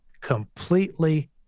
completely